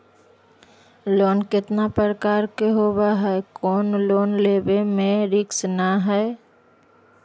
Loan कितना प्रकार के होबा है कोन लोन लेब में रिस्क न है?